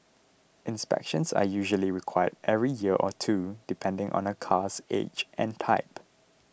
inspections are usually required every year or two depending on a car's age and type